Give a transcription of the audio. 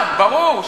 גם, ברור.